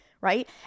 right